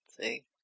See